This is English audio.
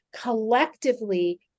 collectively